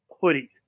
hoodie